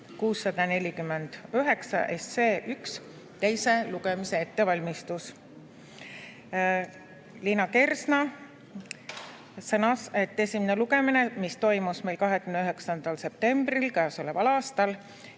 649 teise lugemise ettevalmistus. Liina Kersna sõnas, et esimesel lugemisel, mis toimus meil 29. septembril käesoleval aastal,